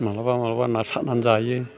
मालाबा मालाबा ना सारनानै जायो